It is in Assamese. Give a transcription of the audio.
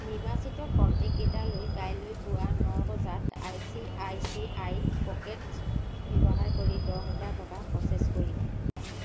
নিৰ্বাচিত কনটেক্টকেইটালৈ কাইলৈ পুৱা ন বজাত I C I C I pockets ব্যৱহাৰ কৰি দহ হেজাৰ টকা প্ৰ'চেছ কৰিব